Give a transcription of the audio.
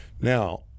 now